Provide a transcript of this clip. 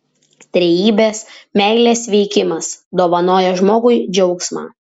trejybės meilės veikimas dovanoja žmogui džiaugsmą